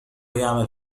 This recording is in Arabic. يعمل